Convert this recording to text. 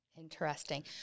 Interesting